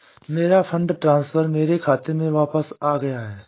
मेरा fund transfer मेरे खाते में वापस आ गया है